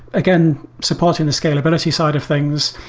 again, supporting the scalability side of things.